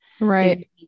right